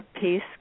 peace